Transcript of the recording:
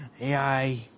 AI